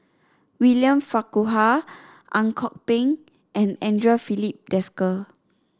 William Farquhar Ang Kok Peng and Andre Filipe Desker